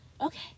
okay